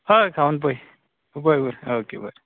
हय खावन पय बरें बरें ओके बरें